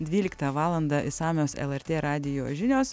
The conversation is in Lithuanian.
dvyliktą valandą išsamios lrt radijo žinios